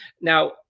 now